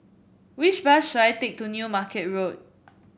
which bus should I take to New Market Road